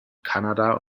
kanada